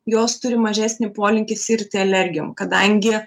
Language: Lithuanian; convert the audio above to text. jos turi mažesnį polinkį sirgti alergijom kadangi